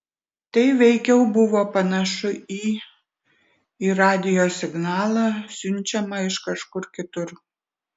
tai veikiau buvo panašu į į radijo signalą siunčiamą iš kažkur kitur